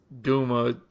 duma